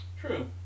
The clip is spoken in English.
True